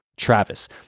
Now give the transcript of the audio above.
Travis